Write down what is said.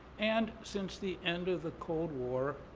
and since the end of the cold war,